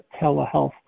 telehealth